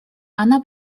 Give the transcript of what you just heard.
она